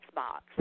box